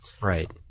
Right